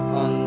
on